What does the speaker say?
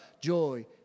joy